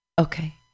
Okay